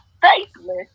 faithless